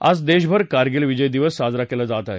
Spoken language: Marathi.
आज देशभर कारगिल विजय दिवस साजरा केला जात आहे